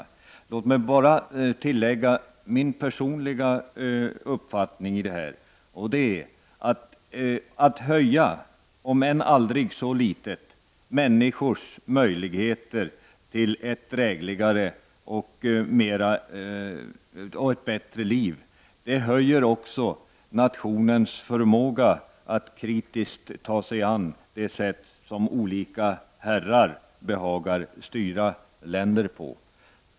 Låt mig bara tillägga min personliga uppfattning. Att öka, om än aldrig så litet, människors möjligheter att få ett drägligare och bättre liv är också att öka nationens förmåga att kritiskt ta sig an det sätt som olika herrar behagar styra länder på.